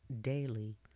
daily